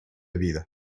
vida